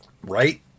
Right